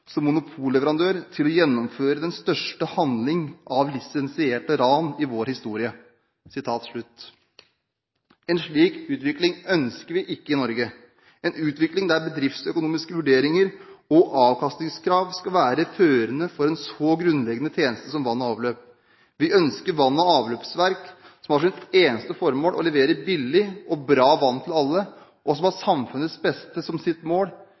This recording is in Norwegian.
som monopolleverandør til å gjennomføre den største handling av lisensierte ran i vår historie.» En slik utvikling ønsker vi ikke i Norge – en utvikling der bedriftsøkonomiske vurderinger og avkastningskrav skal være førende for en så grunnleggende tjeneste som vann og avløp. Vi ønsker vann- og avløpsverk som har som sitt eneste formål å levere billig og bra vann til alle, og som har samfunnets beste som sitt mål,